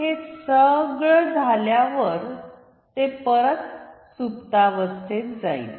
हे सगळं झाल्यावर ते परत सुप्तावस्थेत जाईल